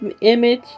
image